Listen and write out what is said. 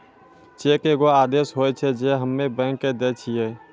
cheque एगो आदेश होय छै जे हम्मे बैंको के दै छिये